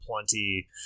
plenty